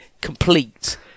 complete